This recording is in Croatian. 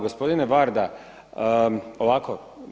Gospodine Varda, ovako.